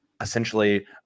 essentially